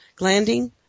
glanding